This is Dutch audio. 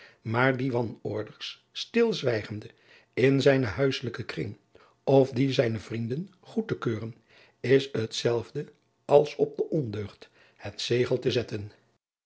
maar die wanorders stilzwijgende in zijnen huisselijken kring of dien zijner vrienden goed te keuren is het zelfde als op de ondeugd het zegel te zetten